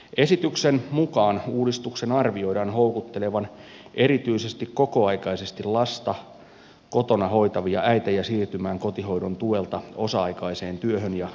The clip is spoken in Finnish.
esityksen mukaan uudistuksen arvioidaan houkuttelevan erityisesti kokoaikaisesti lasta kotona hoitavia äitejä siirtymään kotihoidon tuelta osa aikaiseen työhön ja joustavalle hoitorahalle